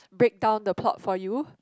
break down the plot for you